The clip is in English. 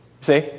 See